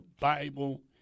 Bible